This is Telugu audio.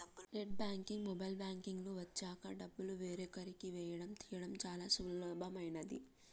నెట్ బ్యాంకింగ్, మొబైల్ బ్యాంకింగ్ లు వచ్చాక డబ్బులు వేరొకరికి వేయడం తీయడం చాలా సులభమైనది